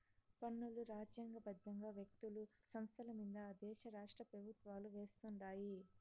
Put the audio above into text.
పన్నులు రాజ్యాంగ బద్దంగా వ్యక్తులు, సంస్థలమింద ఆ దేశ రాష్ట్రపెవుత్వాలు వేస్తుండాయి